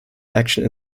action